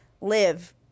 live